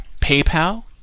PayPal